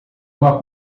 uma